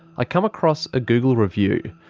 i come across a google review.